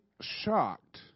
shocked